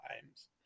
times